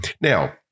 Now